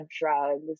drugs